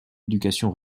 éducation